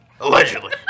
Allegedly